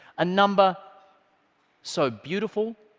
a number so beautiful,